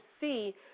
see